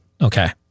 Okay